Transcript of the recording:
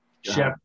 Chef